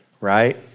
right